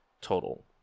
total